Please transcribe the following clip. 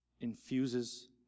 infuses